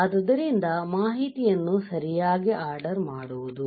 ಆದ್ದರಿಂದ ಮಾಹಿತಿಯನ್ನು ಸರಿಯಾಗಿ ಆರ್ಡರ್ ಮಾಡುವುದು